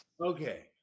okay